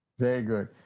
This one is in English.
very good.